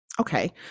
Okay